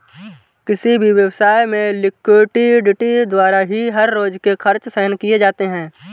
किसी भी व्यवसाय में लिक्विडिटी द्वारा ही हर रोज के खर्च सहन किए जाते हैं